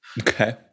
Okay